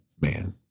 man